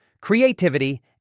creativity